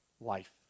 life